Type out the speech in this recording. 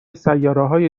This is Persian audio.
سیارههای